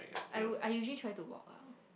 I would I usually try to walk ah